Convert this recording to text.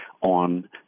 on